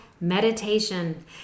meditation